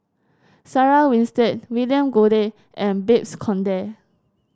Sarah Winstedt William Goode and Babes Conde